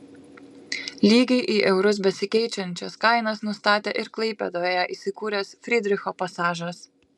lygiai į eurus besikeičiančias kainas nustatė ir klaipėdoje įsikūręs frydricho pasažas